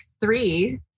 three